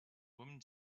woman